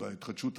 ההתחדשות הציונית.